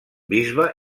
bisbe